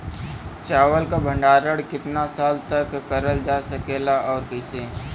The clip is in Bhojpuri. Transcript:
चावल क भण्डारण कितना साल तक करल जा सकेला और कइसे?